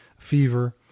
fever